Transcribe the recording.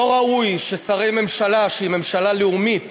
לא ראוי ששרי ממשלה שהיא ממשלה לאומית